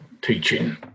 teaching